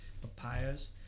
papayas